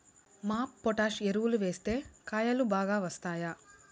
MOP potash ఎరువులు వేస్తే కాయలు బాగా వస్తాయా?